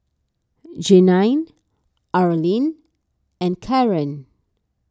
Jeanine Arlene and Karon